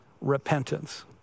repentance